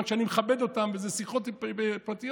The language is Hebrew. שאני מכבד אותם ואלה שיחות פרטיות,